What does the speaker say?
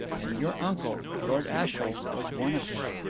and your uncle, lord ashiel, was one of them.